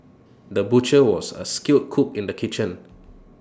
the butcher was A skilled cook in the kitchen